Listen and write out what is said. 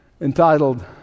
entitled